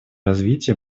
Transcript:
развития